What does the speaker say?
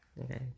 okay